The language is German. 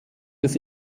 des